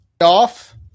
off